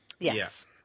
Yes